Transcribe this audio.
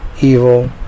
evil